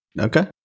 Okay